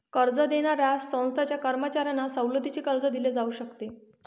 कर्ज देणाऱ्या संस्थांच्या कर्मचाऱ्यांना सवलतीचे कर्ज दिले जाऊ शकते